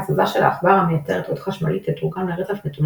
הזזה של העכבר המייצרת אות חשמלי תתורגם לרצף נתוני